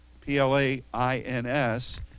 p-l-a-i-n-s